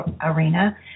arena